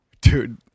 Dude